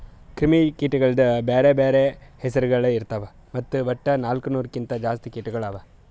ಕ್ರಿಮಿ ಕೀಟಗೊಳ್ದು ಬ್ಯಾರೆ ಬ್ಯಾರೆ ಹೆಸುರಗೊಳ್ ಇರ್ತಾವ್ ಮತ್ತ ವಟ್ಟ ನಾಲ್ಕು ನೂರು ಕಿಂತ್ ಜಾಸ್ತಿ ಕೀಟಗೊಳ್ ಅವಾ